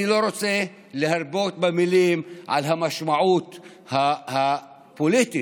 אני לא רוצה להרבות במילים על המשמעות הפוליטית